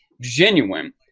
genuine